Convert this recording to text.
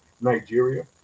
Nigeria